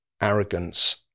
arrogance